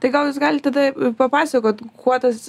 tai gal jūs galit tada papasakot kuo tas